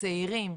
צעירים,